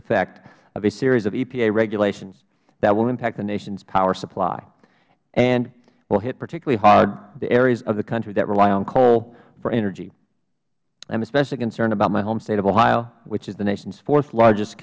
effect of a series of epa regulations that will impact the nation's power supply and will hit particularly hard the areas of the country that rely on coal for energy i am especially concerned about my home state of ohio which is the nation's fourth largest